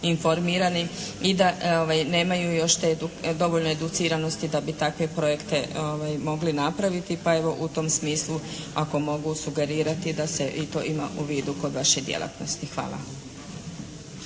informirani i da nemaju još dovoljno educiranosti da bi takve projekte mogli napraviti, pa evo u tom smislu ako mogu sugerirati da se i to ima u vidu kod vaše djelatnosti. Hvala.